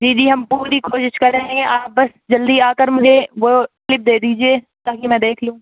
جی جی ہم پوری کوشش کریں گے آپ بس جلدی آ کر مجھے وہ سلپ دے دیجیے تاکہ میں دیکھ لوں